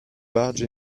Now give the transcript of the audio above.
barge